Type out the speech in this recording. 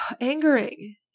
angering